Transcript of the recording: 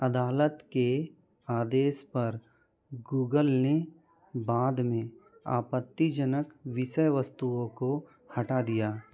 अदालत के आदेश पर गूगल ने बाद में आपत्तिजनक विषय वस्तुओं को हटा दिया